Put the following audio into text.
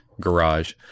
garage